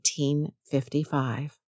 1955